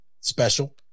special